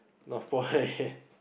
Northpoint